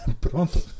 Pronto